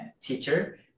teacher